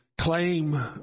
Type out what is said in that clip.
claim